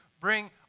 bring